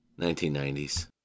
1990s